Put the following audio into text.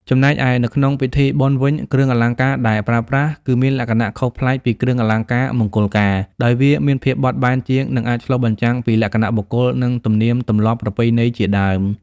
ចំណែកឯនៅក្នងពិធីបុណ្យវិញគ្រឿងអលង្ការដែរប្រើប្រាស់ គឺមានលក្ខណៈខុសប្លែកពីគ្រឿងអលង្ការមង្គលការ ដោយវាមានភាពបត់បែនជាង និង អាចឆ្លុះបញ្ចាំងពីលក្ខណៈបុគ្គល និង ទំនៀមទម្លាប់ប្រពៃណីជាដើម។